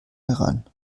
heran